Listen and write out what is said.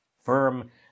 firm